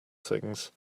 things